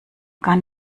gar